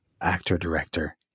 actor-director